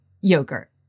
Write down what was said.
yogurt